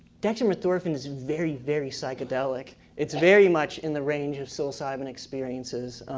dextromethorphan is very, very psychedelic. it's very much in the range of psilocybin experiences.